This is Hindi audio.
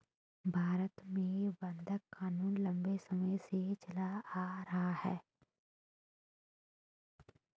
भारत में बंधक क़ानून लम्बे समय से चला आ रहा है